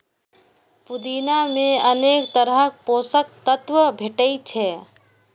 पुदीना मे अनेक तरहक पोषक तत्व भेटै छै